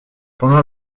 pendant